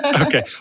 Okay